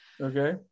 okay